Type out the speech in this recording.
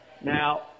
Now